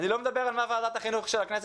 אני לא מדבר על מה ועדת החינוך של הכנסת